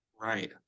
Right